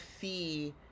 see